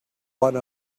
one